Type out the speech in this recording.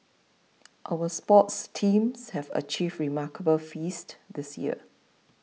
our sports teams have achieved remarkable feats this year